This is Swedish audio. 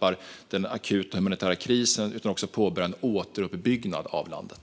bara den akuta humanitära krisen utan påbörjar också en återuppbyggnad av landet.